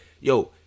yo